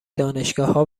دانشگاهها